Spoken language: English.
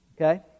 Okay